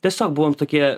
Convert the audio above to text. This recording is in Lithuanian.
tiesiog buvom tokie